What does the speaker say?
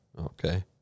Okay